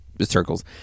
Circles